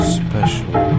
special